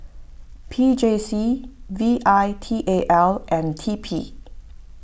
P J C V I T A L and T P